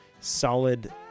solid